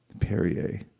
Perrier